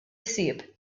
ħsieb